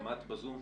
למדת בזום?